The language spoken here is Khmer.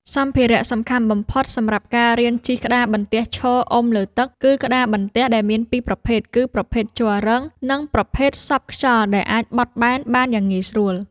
សម្ភារៈសំខាន់បំផុតសម្រាប់ការរៀនជិះក្តារបន្ទះឈរអុំលើទឹក គឺក្តារបន្ទះ ដែលមានពីរប្រភេទគឺ ប្រភេទជ័ររឹង និងប្រភេទសប់ខ្យល់ដែលអាចបត់បែនបានយ៉ាងងាយស្រួល។